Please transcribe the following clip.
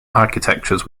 architectures